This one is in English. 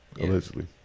allegedly